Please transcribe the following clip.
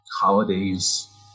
holidays